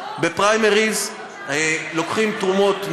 בפריימריז לוקחים תרומות,